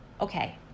Okay